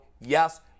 Yes